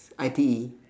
I_T_E